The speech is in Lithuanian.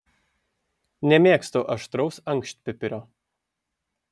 nemėgstu aštraus ankštpipirio